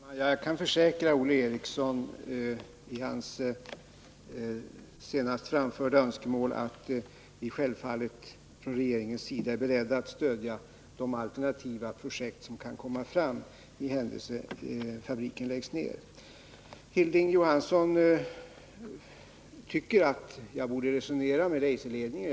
Herr talman! Jag kan försäkra Olle Eriksson när det gäller hans senast framförda önskemål att vi självfallet från regeringens sida är beredda att stödja de alternativa projekt som kan komma fram i händelse av att fabriken läggs ned. Hilding Johansson tycker att jag borde resonera med Eiserledningen.